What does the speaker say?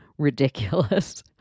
ridiculous